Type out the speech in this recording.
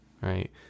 right